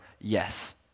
Yes